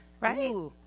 Right